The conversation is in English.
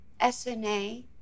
SNA